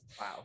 Wow